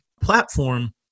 platform